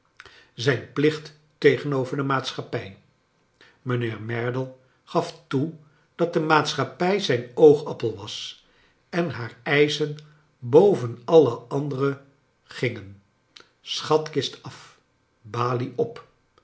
zijn plicht tegenover de maatschappij mijnheer merdle gaf toe dat de maatschappij zijn oogappel was en haar eischen boven alle andere gingen schatkist af balie op